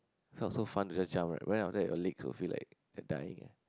felt so fun to just jump right went up there your legs will feel like like dying